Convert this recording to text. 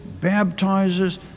baptizes